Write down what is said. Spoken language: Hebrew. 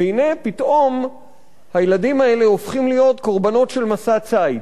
והנה פתאום הילדים האלה הופכים להיות קורבנות של מסע ציד,